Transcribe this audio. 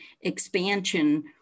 expansion